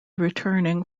returning